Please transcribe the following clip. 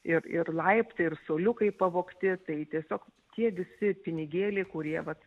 ir ir laiptai ir suoliukai pavogti tai tiesiog tie visi pinigėliai kurie vat